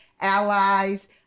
allies